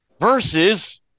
versus